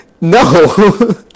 no